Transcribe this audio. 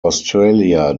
australia